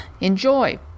Enjoy